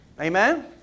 Amen